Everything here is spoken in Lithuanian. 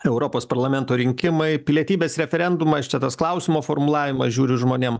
europos parlamento rinkimai pilietybės referendumas čia tas klausimo formulavimas žiūriu žmonėm